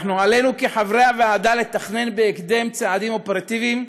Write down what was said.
עלינו כחברי הוועדה, לתכנן בהקדם צעדים אופרטיביים